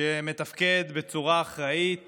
שמתפקד בצורה אחראית